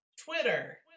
Twitter